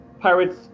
pirates